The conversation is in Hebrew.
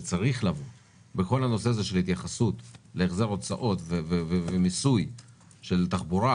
שצריך לבוא בכל ההתייחסות להחזר הוצאות ומיסוי של תחבורה,